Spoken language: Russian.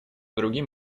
другим